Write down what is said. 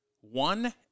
One